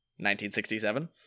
1967